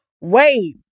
Wait